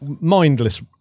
mindless